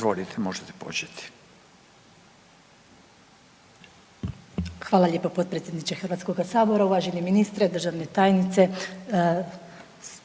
Ljubica (HDZ)** Hvala lijepo potpredsjedniče Hrvatskoga sabora. Uvaženi ministre, državne tajnice